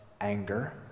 anger